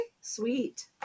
sweet